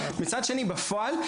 מצד שני בפועל,